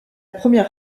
première